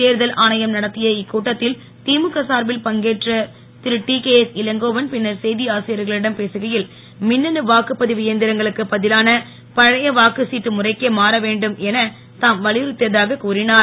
தேர்தல் ஆணையம் நடத்திய கூட்டத்தில் திமுக சார்பில் பங்கேற்ற திரு டிகேஎஸ் இளங்கோவன் பின்னர் செய்தி ஆசிரியர்களிடம் பேசுகையில் மின்னணு வாக்குப் பதிவு இயந்திரங்களுக்கு பதிலான பழைய வாக்குச்சீட்டு முறைக்கே மாற வேண்டும் என தாம் வலியுறுத்தியதாக கூறினார்